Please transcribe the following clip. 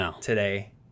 today